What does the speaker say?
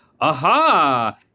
Aha